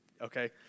Okay